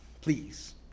please